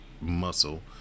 muscle